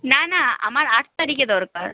না না আমার আট তারিখে দরকার